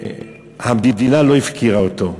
המדינה לא הפקירה אותו.